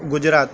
Gujarat